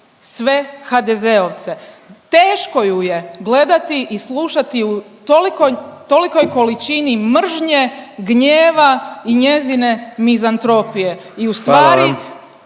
sve HDZ-ovce. Teško ju je gledati i slušati u tolikoj, tolikoj količini mržnje, gnjeva i njezine mizantropije. …/Upadica